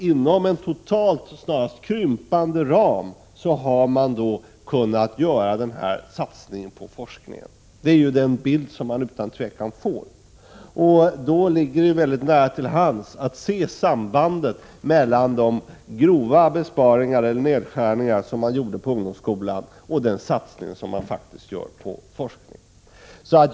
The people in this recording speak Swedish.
Inom en totalt snarast krympande ram har man i stället kunnat göra denna satsning på forskning. Det är den bild som man utan tvivel får. Det ligger då väldigt nära till hands att se sambandet mellan de grova nedskärningar som gjordes på ungdomsskolan och den satsning som faktiskt görs på forskningen.